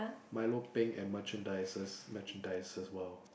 milo peng and merchandises merchandises !wow!